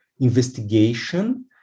investigation